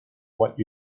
what